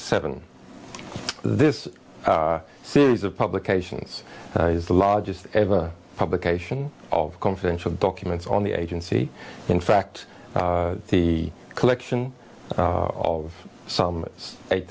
seven this series of publications is the largest ever publication of confidential documents on the agency in fact the collection of some eight